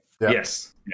Yes